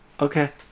okay